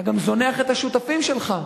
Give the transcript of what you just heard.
אתה גם זונח את השותפים שלך,